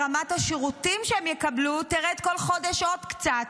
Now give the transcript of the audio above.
רמת השירותים שהם יקבלו תרד כל חודש עוד קצת.